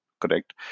correct